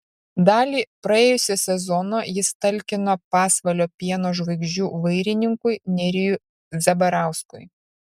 dalį praėjusio sezono jis talkino pasvalio pieno žvaigždžių vairininkui nerijui zabarauskui